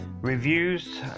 reviews